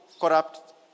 corrupt